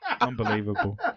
Unbelievable